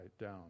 down